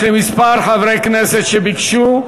יש לי כמה חברי כנסת שביקשו,